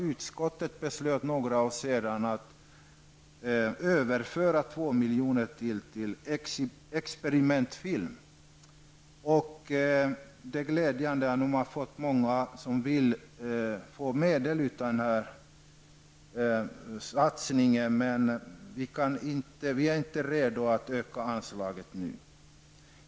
Utskottet beslöt för några år sedan att överföra 2 miljoner till experimentfilm. Det är glädjande att många vill ha medel från denna satsning. Vi är dock inte redo att öka anslaget nu.